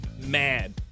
mad